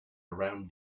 around